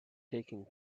taking